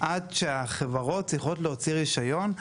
עד שהחברות צריכות להוציא רישיון.